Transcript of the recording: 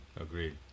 Agreed